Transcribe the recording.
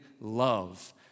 love